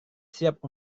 siap